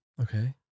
Okay